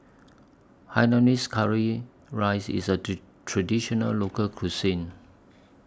Hainanese Curry Rice IS A Traditional Local Cuisine